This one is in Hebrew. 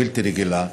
בלתי רגילה,